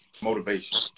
motivation